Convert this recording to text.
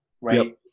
right